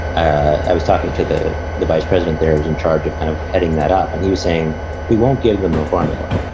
i was talking to the the vice president there who's in charge of kind of heading that up. and you saying we won't give them the formula,